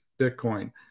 Bitcoin